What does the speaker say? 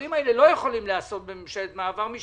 גם אפשר לאשר או לא לאשר בממשלת מעבר.